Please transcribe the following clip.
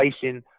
facing